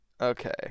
okay